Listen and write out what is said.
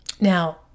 Now